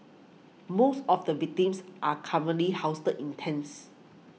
most of the victims are currently housed in tents